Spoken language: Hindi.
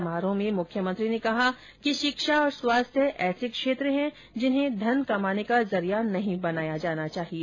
समारोह में मुख्यमंत्री ने कहा कि षिक्षा और स्वास्थ्य ऐसे क्षेत्र हैं जिन्हें धन कमाने का जरिया नहीं बनाया जाना चाहिए